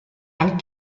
han